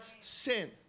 sin